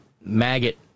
maggot